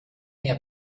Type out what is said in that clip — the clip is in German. mehr